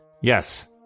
yes